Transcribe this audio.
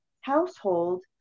household